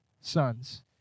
sons